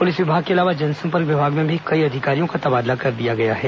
police विभाग के अलावा जनसंपर्क विभाग में भी कई अधिकारियों का तबादला कर दिया गया है